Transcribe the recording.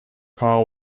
call